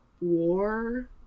war